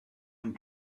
and